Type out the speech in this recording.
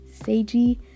Seiji